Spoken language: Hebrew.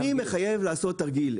אני מחייב לעשות תרגיל.